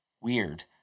weird